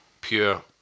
pure